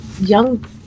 young